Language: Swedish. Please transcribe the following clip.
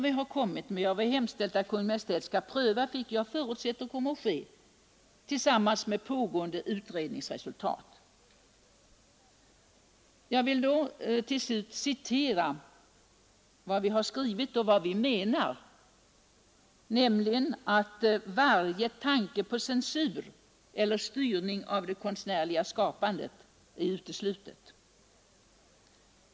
Vi har hemställt att Kungl. Maj:t skall pröva dem — vilket jag förutsätter kommer att ske — tillsammans med resultatet av pågående utredningar. Jag vill till slut återge vad vi har skrivit, nämligen att varje tanke på censur eller styrning av det konstnärliga skapandet är utesluten.